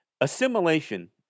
assimilation